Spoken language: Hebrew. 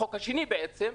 החוק השני בעצם,